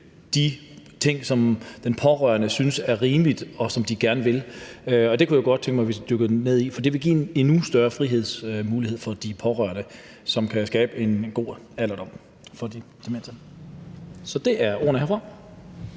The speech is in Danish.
de ting, som den pårørende synes er rimelige, og som de gerne vil. Det kunne jeg godt tænke mig at vi dykkede ned i, for det ville give en endnu større frihedsmulighed for de pårørende, som kan skabe en god alderdom for de demente. Så det er ordene herfra.